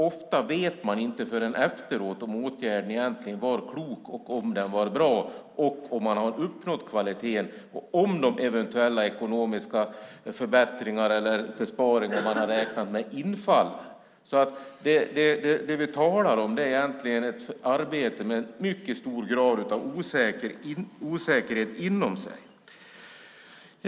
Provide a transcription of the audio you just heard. Ofta vet man inte förrän efteråt om åtgärden egentligen var klok och bra, om man har uppnått kvaliteten och om de eventuella ekonomiska förbättringar eller besparingar man har räknat med infaller. Det vi talar om är egentligen ett arbete med en mycket hög grad av osäkerhet inom sig.